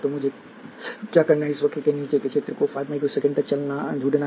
तो मुझे क्या करना है इस वक्र के नीचे के क्षेत्र को 5 माइक्रो सेकेंड तक ढूंढना है